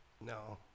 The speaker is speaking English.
No